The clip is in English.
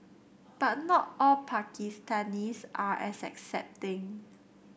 but not all Pakistanis are as accepting